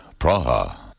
Praha